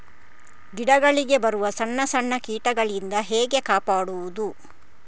ಗಿಡಗಳಿಗೆ ಬರುವ ಸಣ್ಣ ಸಣ್ಣ ಕೀಟಗಳಿಂದ ಹೇಗೆ ಕಾಪಾಡುವುದು?